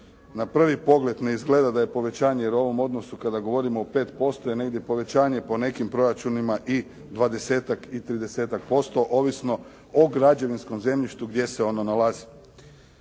na prvi pogled ne izgleda da je povećanje, jer u ovom odnosu kada govorimo o 5% je negdje povećanje po nekim proračunima i 20-tak i 30-tak posto, ovisno o građevinskom zemljištu gdje se ono nalazi.